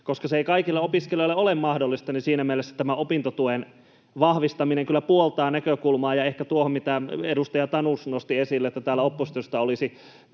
koska se ei kaikille opiskelijoille ole mahdollista, niin siinä mielessä tämä opintotuen vahvistaminen kyllä puoltaa näkökulmaa. Ehkä tuohon, mitä edustaja Tanus nosti esille, että täällä oppositiosta olisi